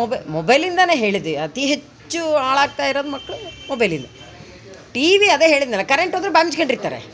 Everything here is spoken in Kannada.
ಮೊಬೈ ಮೊಬೈಲಿಂದಾನೆ ಹೇಳಿದೆ ಅತಿ ಹೆಚ್ಚು ಹಾಳಾಗ್ತಾಯಿರೋದು ಮಕ್ಳು ಮೊಬೈಲಿಂದ ಟಿ ವಿ ಅದೆ ಹೇಳಿದ್ನಲ್ಲ ಕರೆಂಟ್ ಹೋದ್ರೆ ಬಾಯಿ ಮುಚ್ಕೊಂಡು ಇರ್ತಾರೆ